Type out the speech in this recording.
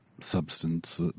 substance